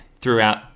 throughout